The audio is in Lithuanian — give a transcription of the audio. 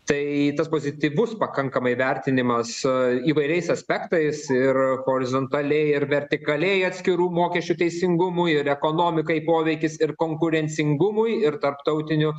tai tas pozityvus pakankamai vertinimas įvairiais aspektais ir horizontaliai ir vertikaliai atskirų mokesčių teisingumui ir ekonomikai poveikis ir konkurencingumui ir tarptautinių